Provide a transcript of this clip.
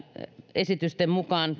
esitysten mukaan